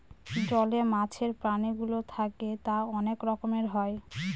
জলে মাছের প্রাণীগুলো থাকে তা অনেক রকমের হয়